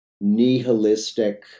nihilistic